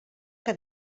que